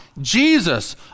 Jesus